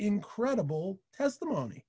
incredible testimony